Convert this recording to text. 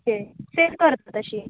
okay तेंच करता तशीं